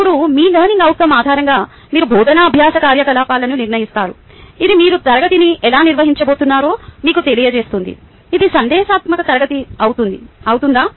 ఇప్పుడు మీ learning outcome ఆధారంగా మీరు బోధనా అభ్యాస కార్యకలాపాలను నిర్ణయిస్తారు ఇది మీరు తరగతిని ఎలా నిర్వహించబోతున్నారో మీకు తెలియజేస్తుంది ఇది సందేశాత్మక తరగతి అవుతుందా